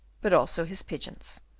but also his pigeons.